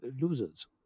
losers